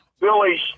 Billy's